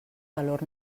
valor